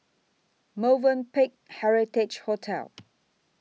Movenpick Heritage Hotel